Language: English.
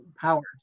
powers